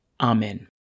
Amen